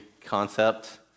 concept